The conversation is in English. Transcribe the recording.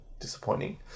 disappointing